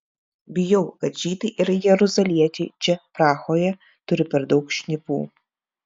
bijau kad žydai ir jeruzaliečiai čia prahoje turi per daug šnipų